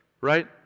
Right